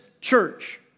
church